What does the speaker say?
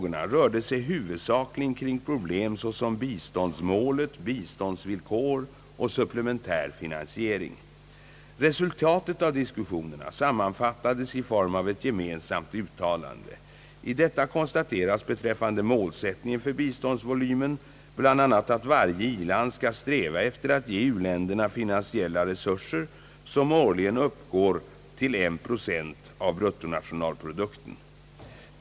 rörde sig huvudsakligen kring problem såsom biståndsmålet, biståndsvillkor och supplementär finansiering. Resultatet av diskussionerna sammanfattades i form av ett gemensamt uttalande. I detta konstateras beträffande målsättningen för biståndsvolymen bl.a. att varje i-land skall sträva efter att ge uländerna finansiella resurser, som Åårligen uppgår till 1 proc. av bruttonationalprodukten.